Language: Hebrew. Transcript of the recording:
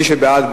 מי שבעד,